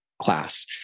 class